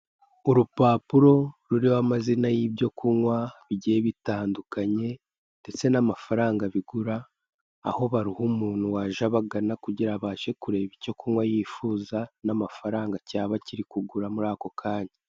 Urupapuro ruriho amazina y'ibyo kunywa bigiye bitandukanye ndetse n'amafaranga bigura, aho baruha umuntu waje abagana kugira abashe kureba icyo kunkwa yifuza n'amafaranga cyaba kiri kugura ako kanya.